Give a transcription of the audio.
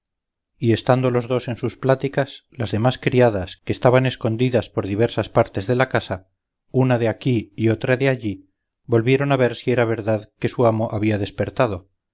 y estando los dos en sus pláticas las demás criadas que estaban escondidas por diversas partes de la casa una de aquí y otra de allí volvieron a ver si era verdad que su amo había despertado